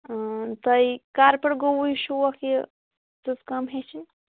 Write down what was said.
تۄہہِ کَر پٮ۪ٹھ گوٚوٕ شوق یہِ سٕژ کٲم ہیٚچھِںۍ